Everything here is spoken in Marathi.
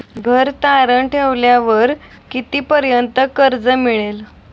घर तारण ठेवल्यावर कितीपर्यंत कर्ज मिळेल?